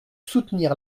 soutenir